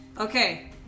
Okay